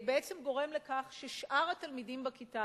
בעצם גורם לכך ששאר התלמידים בכיתה